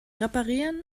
reparieren